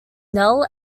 null